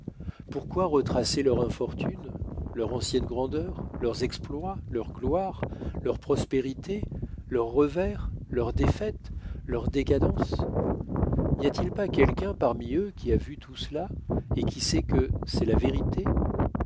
pourquoi retracer leur infortune leur ancienne grandeur leurs exploits leur gloire leur prospérité leurs revers leurs défaites leur décadence n'y a-til pas quelqu'un parmi eux qui à vu tout cela et qui sait que c'est la vérité